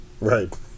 Right